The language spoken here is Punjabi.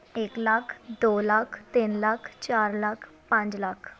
ਇੱਕ ਲੱਖ ਦੋ ਲੱਖ ਤਿੰਨ ਲੱਖ ਚਾਰ ਲੱਖ ਪੰਜ ਲੱਖ